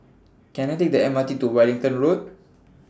Can I Take The M R T to Wellington Road